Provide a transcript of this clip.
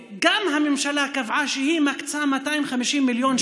הממשלה גם קבעה שהיא מקצה 250 מיליון שקל,